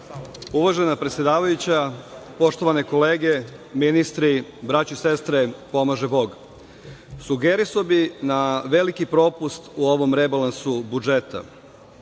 predsedavajuća, poštovane kolege, ministri, braćo i sestre, pomaže Bog. Sugerisao bih na veliki propust u ovom rebalansu budžeta.